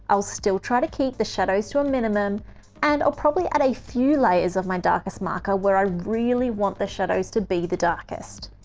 i'll still try to keep the shadows to a minimum and i'll probably add a few layers of my darkest marker where i really want the shadows to be the darkest.